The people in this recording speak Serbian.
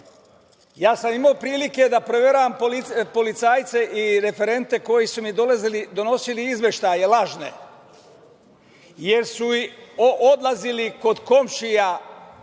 Imao sam prilike da proveravam policajce i referente koji su mi donosili izveštaje lažne, jer su odlazili kod komšija onoga